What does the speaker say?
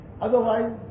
Otherwise